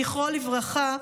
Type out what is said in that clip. זכרו לברכה,